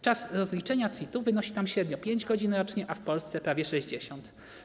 Czas rozliczenia CIT-u wynosi tam średnio 5 godzin rocznie, a w Polsce prawie 60.